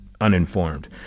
uninformed